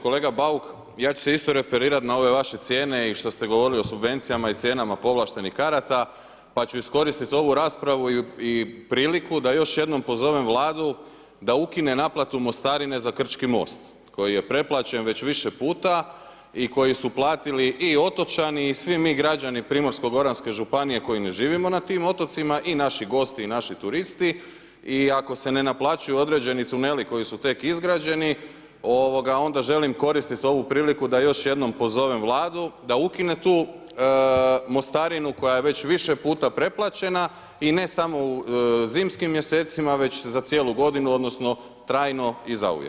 Kolega Bauk, ja ću se isto referirat na ove vaše cijene i što ste govorili o subvencijama i cijenama povlaštenih karata pa ću iskoristit ovu raspravu i priliku da još jednom pozovem vladu da ukine naplatu mostarine za Krčki most koji je preplaćen već više puta i koji su platili i otočani i svi mi građani primorsko-goranske županije koji ne živimo na tim otocima i naši gosti i naši turisti i ako se ne naplaćuju određeni tuneli koji su tek izgrađeni, onda želim koristit ovu priliku da još jednom pozovem vladu da ukine tu mostarinu koja je već više puta preplaćena i ne samo u zimskim mjesecima, već za cijelu godinu, odnosno trajno i zauvijek.